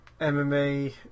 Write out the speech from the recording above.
mma